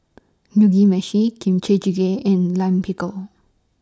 Mugi Meshi Kimchi Jjigae and Lime Pickle